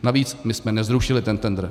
Navíc, my jsme nezrušili ten tendr.